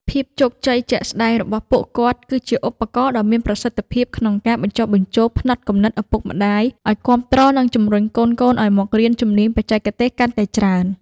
ភាពជោគជ័យជាក់ស្ដែងរបស់ពួកគាត់ គឺជាឧបករណ៍ដ៏មានប្រសិទ្ធភាពក្នុងការបញ្ចុះបញ្ចូលផ្នត់គំនិតឪពុកម្ដាយ ឱ្យគាំទ្រ និងជំរុញកូនៗឱ្យមករៀនជំនាញបច្ចេកទេសកាន់តែច្រើន។